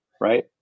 right